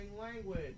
Language